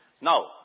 Now